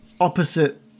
opposite